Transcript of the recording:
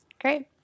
Great